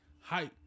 hype